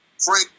Frank